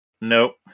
nope